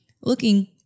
looking